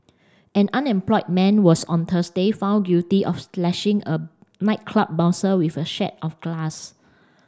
an unemployed man was on Thursday found guilty of slashing a nightclub bouncer with a of glass